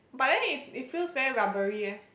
but then it it feels very rubbery eh